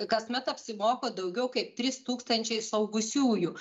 kasmet apsimoko daugiau kaip trys tūkstančiai suaugusiųjų